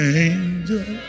angel